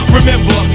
Remember